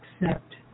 accept